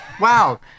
Wow